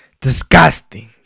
Disgusting